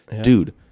dude